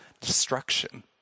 destruction